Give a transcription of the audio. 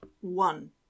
one